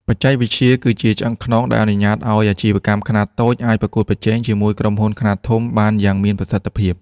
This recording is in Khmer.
បច្ចេកវិទ្យាគឺជាឆ្អឹងខ្នងដែលអនុញ្ញាតឱ្យអាជីវកម្មខ្នាតតូចអាចប្រកួតប្រជែងជាមួយក្រុមហ៊ុនខ្នាតធំបានយ៉ាងមានប្រសិទ្ធភាព។